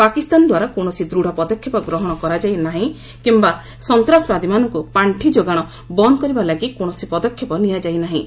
ପାକିସ୍ତାନଦ୍ୱାରା କୌଣସି ଦୃଢ଼ ପଦକ୍ଷେପ ଗ୍ରହଣ କରାଯାଇ ନାହିଁ କିମ୍ବା ସନ୍ତାସବାଦୀମାନଙ୍କୁ ପାଖି ଯୋଗାଣ ବନ୍ଦ୍ କରିବା ଲାଗି କୌଣସି ପଦକ୍ଷେପ ନିଆଯାଇ ନାହିଁ